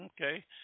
okay